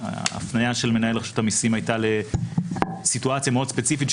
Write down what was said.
ההפניה של מנהל רשות המיסים הייתה לסיטואציה מאוד ספציפית,